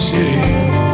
City